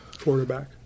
quarterback